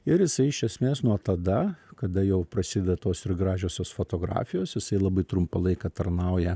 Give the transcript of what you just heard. ir jisai iš esmės nuo tada kada jau prasideda tos ir gražiosios fotografijos jisai labai trumpą laiką tarnauja